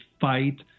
fight